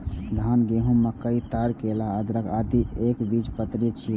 धान, गहूम, मकई, ताड़, केला, अदरक, आदि एकबीजपत्री छियै